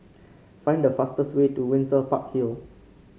find the fastest way to Windsor Park Hill